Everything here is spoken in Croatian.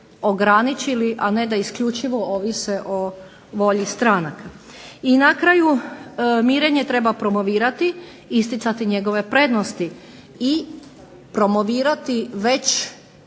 ograničili, a ne da isključivo ovise o volji stranka. I na kraju mirenje treba promovirati, isticati njegove prednosti i promovirati već